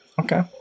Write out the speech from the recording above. Okay